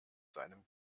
seinem